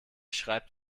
schreibt